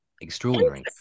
Extraordinary